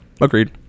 Agreed